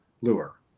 lure